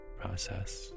process